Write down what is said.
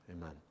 Amen